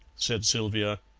said sylvia,